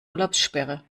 urlaubssperre